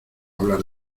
hablar